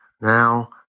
Now